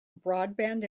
broadband